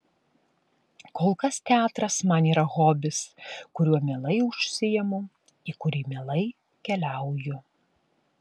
kol kas teatras man yra hobis kuriuo mielai užsiimu į kurį mielai keliauju